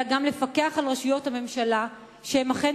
אלא גם לפקח על רשויות הממשלה שהן אכן